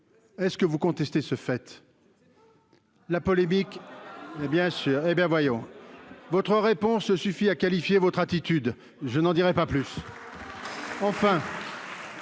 est-ce que vous contestez se fait la polémique, hé bien sûr hé ben voyons, votre réponse suffit à qualifier votre attitude, je n'en dirai pas plus.